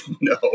no